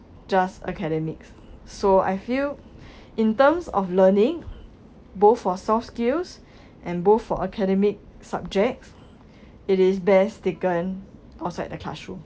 just academics so I feel in terms of learning both for soft skills and both for academic subjects it is best taken outside the classroom